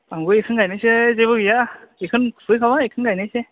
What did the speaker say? आंबो बेखौनो गायनोसै जेबो गैया बेखौनो खुबैखाबाय बेखौनो गायनोसै